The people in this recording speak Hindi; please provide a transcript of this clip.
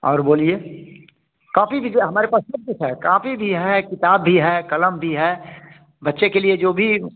और बोलिए कॉपी भी जो हमारे पास सब कुछ है काँपी भी है किताब भी है कलम भी है बच्चे के लिए जो भी